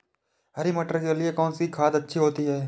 हरी मटर के लिए कौन सी खाद अच्छी होती है?